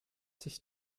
sich